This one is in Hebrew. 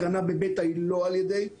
הקרנה בבטא היא לא על ידי רדיואקטיביות,